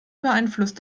beeinflusst